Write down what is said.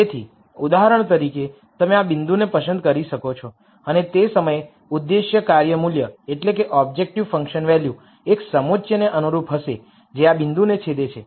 તેથી ઉદાહરણ તરીકે તમે આ બિંદુને પસંદ કરી શકો છો અને તે સમયે ઉદ્દેશ્ય કાર્ય મૂલ્ય એક સમોચ્ચને અનુરૂપ હશે જે આ બિંદુને છેદે છે